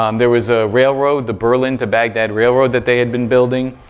um there was a railroad, the berlin to baghdad railroad that they had been building,